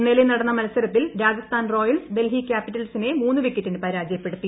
ഇന്നലെ നടന്ന മത്സരത്തിൽ രാജസ്ഥാൻ റോയൽസ് ഡൽഹി ക്യാപ്പിറ്റൽസിനെ മൂന്ന് വിക്കറ്റിന് പരാജയപ്പെടുത്തി